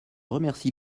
remercie